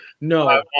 No